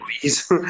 please